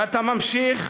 ואתה ממשיך,